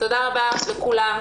תודה רבה לכולם.